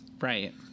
Right